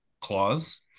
clause